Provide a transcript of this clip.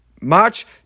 march